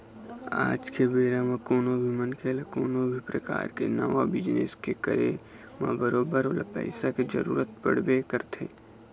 आज के बेरा म कोनो भी मनखे ल कोनो भी परकार के नवा बिजनेस के करे म बरोबर ओला पइसा के जरुरत पड़बे करथे